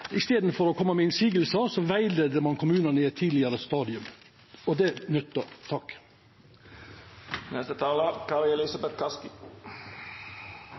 I staden for å koma med motsegner rettleiar ein kommunane på eit tidlegare stadium – og det